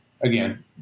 again